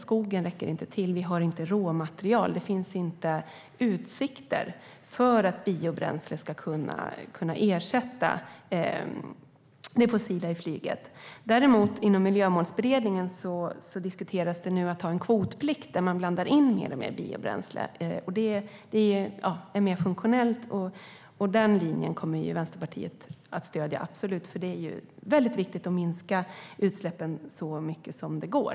Vi har alltså inte tillräckligt med råmaterial och har inte utsikter för att biobränsle ska kunna ersätta det fossila i flyget. Inom Miljömålsberedningen diskuteras det däremot nu att ha en kvot-plikt som medför att man blandar in alltmer biobränsle. Det är mer funktionellt, och den linjen kommer Vänsterpartiet absolut att stödja, för det är mycket viktigt att minska utsläppen så mycket som det går.